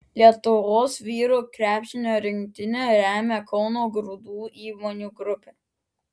lietuvos vyrų krepšinio rinktinę remia kauno grūdų įmonių grupė